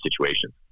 situations